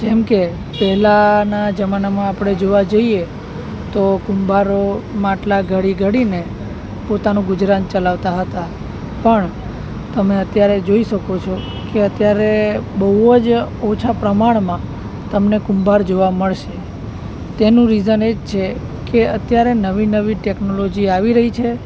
જેમકે પહેલાના જમાનામાં આપણે જોવા જઈએ તો કુંભારો માટલાં ઘડી ઘડીને પોતાનું ગુજરાન ચલાવતા હતા પણ તમે અત્યારે જોઈ શકો છો કે અત્યારે બહુ જ ઓછા પ્રમાણમાં તમને કુંભાર જોવા મળશે તેનું રિઝન એ જ છે કે અત્યારે નવી નવી ટેકનોલોજી આવી રહી છે